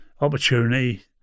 opportunity